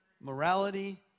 morality